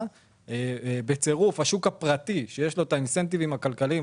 עם השוק הפרטי שיש לו את האינסנטיבים הכלכליים,